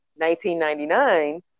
1999